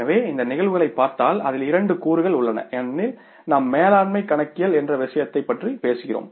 எனவே இந்த நிகழ்வுகளைப் பார்த்தால் அதில் இரண்டு கூறுகள் உள்ளன ஏனெனில் நாம் மேலாண்மை கணக்கியல் என்ற விஷயத்தைப் பற்றி பேசுகிறோம்